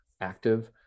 active